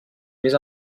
més